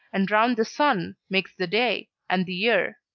and round the sun, makes the day, and the year.